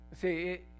See